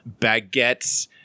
baguettes